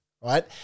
Right